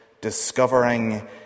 discovering